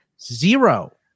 zero